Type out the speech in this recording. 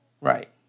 right